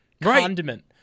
condiment